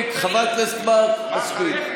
חברת הכנסת מארק, מספיק.